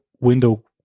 window